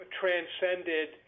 transcended